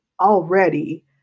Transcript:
Already